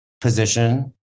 position